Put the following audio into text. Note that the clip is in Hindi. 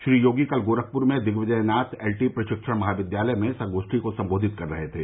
श्री योगी कल गोरखप्र में दिग्विजयनाथ एल टी प्रशिक्षण महाविद्यालय में संगोष्ठी को संबोधित कर रहे थे